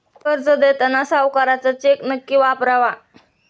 कर्ज देताना सावकाराचा चेक नक्की वापरावा